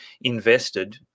invested